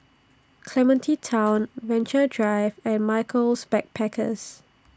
Clementi Town Venture Drive and Michaels Backpackers